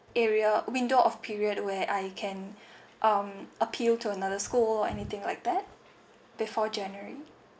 area window of period where I can um appeal to another school anything like that before january